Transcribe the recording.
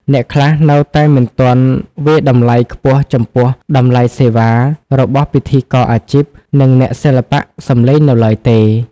អ្នកខ្លះនៅតែមិនទាន់វាយតម្លៃខ្ពស់ចំពោះ តម្លៃសេវា របស់ពិធីករអាជីព និងអ្នកសិល្បៈសំឡេងនៅឡើយទេ។